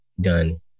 done